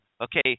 okay